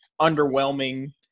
underwhelming